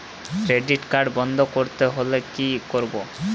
Credit card বন্ধ করতে হলে কি করব?